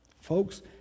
Folks